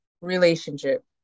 relationship